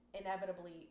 inevitably